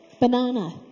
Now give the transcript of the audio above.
Banana